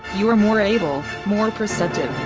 you are more able, more perceptive,